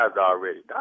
already